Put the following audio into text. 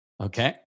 Okay